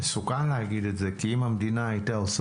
מסוכן לומר את זה כי אם המדינה הייתה עושה